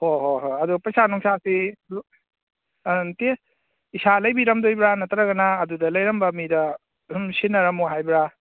ꯍꯣꯏ ꯍꯣꯏ ꯍꯣꯏ ꯑꯗꯣ ꯄꯩꯁꯥ ꯅꯨꯡꯁꯥꯁꯤ ꯅꯇꯦ ꯏꯁꯥ ꯂꯩꯕꯤꯔꯝꯗꯣꯔꯤꯕ꯭ꯔꯥ ꯅꯠꯇ꯭ꯔꯒꯅ ꯑꯗꯨꯗ ꯂꯩꯔꯝꯕ ꯃꯤꯗ ꯑꯗꯨꯝ ꯁꯤꯅꯔꯝꯃꯣ ꯍꯥꯏꯕ꯭ꯔꯥ